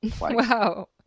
wow